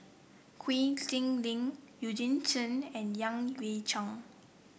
Quek Ding Ling Eugene Chen and Yan Hui Chang